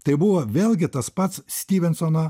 tai buvo vėlgi tas pats styvensono